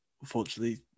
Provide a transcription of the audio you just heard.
unfortunately